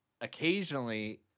occasionally